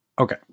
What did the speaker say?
Okay